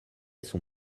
son